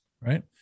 Right